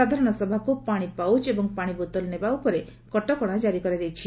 ସାଧାରଣ ସଭାକୁ ପାଣି ପାଉଚ ଏବଂ ପାଣି ବୋତଲ ନେବା ଉପରେ କଟକଣା ଜାରି କରାଯାଇଛି